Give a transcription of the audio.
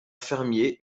fermier